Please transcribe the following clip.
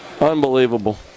Unbelievable